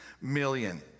million